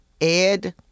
Ed